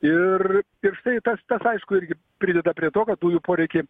ir ir štai tas tas aišku irgi prideda prie to kad dujų poreikiai